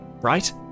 right